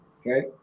okay